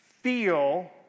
feel